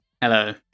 hello